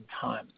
time